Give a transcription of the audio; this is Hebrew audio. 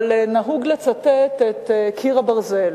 אבל נהוג לצטט את "קיר הברזל",